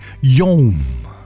Yom